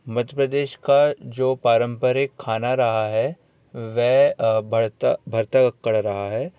मध्य प्रदेश का जो पारम्परिक खाना रहा है वह बढ़ता भरता कर रहा है